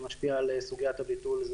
שמשפיע על סוגיית הביטול,